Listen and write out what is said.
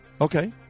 Okay